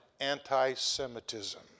anti-Semitism